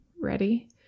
ready